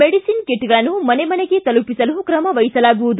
ಮೆಡಿಒನ್ ಕಿಟ್ಗಳನ್ನು ಮನೆ ಮನೆಗೆ ತಲುಪಿಸಲು ಕ್ರಮ ವಹಿಸಲಾಗುವುದು